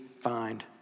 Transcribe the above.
find